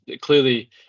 clearly